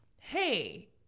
hey